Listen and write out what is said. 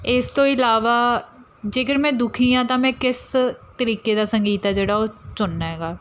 ਇਸ ਤੋਂ ਇਲਾਵਾ ਜੇਕਰ ਮੈਂ ਦੁਖੀ ਹਾਂ ਤਾਂ ਮੈਂ ਕਿਸ ਤਰੀਕੇ ਦਾ ਸੰਗੀਤ ਆ ਜਿਹੜਾ ਉਹ ਚੁਣਨਾ ਹੈਗਾ